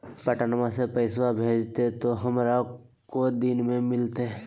पटनमा से पैसबा भेजते तो हमारा को दिन मे मिलते?